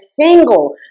single